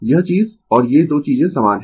यह चीज और ये 2 चीजें समान है